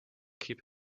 keep